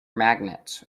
magnets